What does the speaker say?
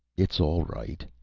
it's all right,